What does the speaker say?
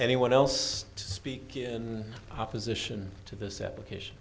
anyone else to speak in opposition to this application